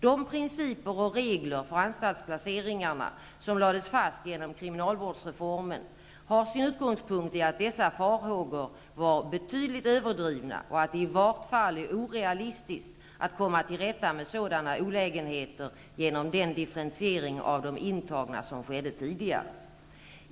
De principer och regler för anstaltsplaceringarna som lades fast genom kriminalvårdsreformen har sin utgångspunkt i att dessa farhågor var betydligt överdrivna och att det i vart fall är orealistiskt att komma till rätta med sådana olägenheter genom den differentiering av de intagna som skedde tidigare.